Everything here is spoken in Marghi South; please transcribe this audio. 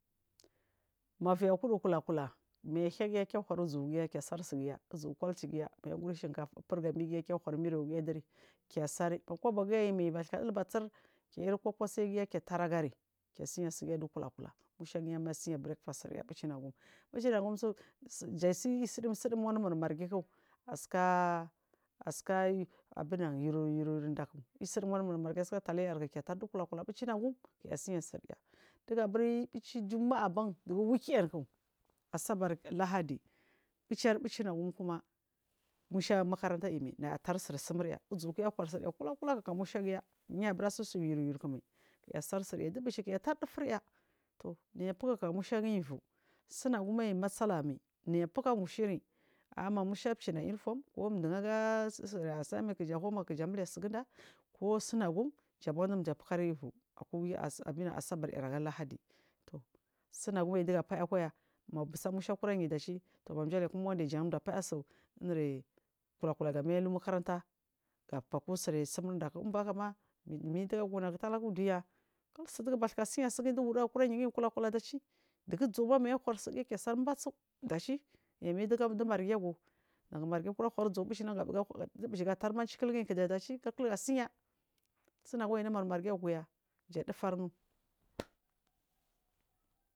Ma viyi kudu kulakula mayalugiya kehur uzugiya kisar sigiya uzu kucigiya mayagur shinkafa furgami giya haur mirugiya gan kesari tu kobo giya imai yubasuka dilbar sir kiirko kosaigiya ketaragari kesiya sigiya kulakula mu shagi yama siya breakfast ar buchinagim buchinagum su ja sai isidu isu dum wanumur margikiy asika asika abunan yuryur dak isidum wanumur margi asika taliyark ketar dukula kula bucinagum kiasiya sirai dugaburi buci jumaban dugu wukenk asabar lahadi bucir bucinagum kuma musha makaranta imai nayatar sirsumuar uzudiya hur’arya kula kulak a ka mushagiya ya bura sun suyu yurkmai keyasar sirai dubuci iya tar dufur yar tw nayi buku kaka mushagiyi ivu sunagum ai masalamai nayi buku gushiayi a ma musha cina uniform ku duu aga assignment ko home work kija mute siginda ko sunagum in ja fukari ivu aku abunan asabara aga lahadi tu sunagu aiduga fayaku aya mu busamusha kura yu daci jabeku monday jan jafaya su inir kula kula da mail u makaranta gafaku sirsumundak im bahakaba mindugagu nagu talaka u duniya kilsu dugu basika siyagiyi duwul ɗagu kura yigiyi kula kula daci duzuugiya mayahau kisar basu daci yumin di margi gu margi kura hu uzu bucinagu dibucigasarman akilgiyik daci kilaga siya sunagun namur margi aguya je dufuran.